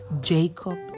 jacob